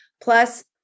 Plus